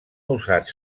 usats